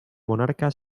monarca